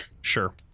Sure